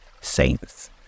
Saints